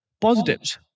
Positives